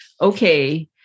okay